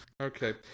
Okay